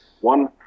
One